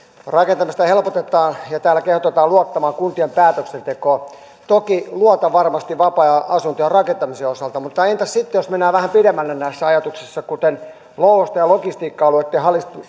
rakentamista helpotetaan ja täällä kehotetaan luottamaan kuntien päätöksentekoon toki luotan varmasti vapaa ajanasuntojen rakentamisen osalta mutta entäs sitten jos mennään vähän pidemmälle näissä ajatuksissa kuten louhosten ja logistiikka alueitten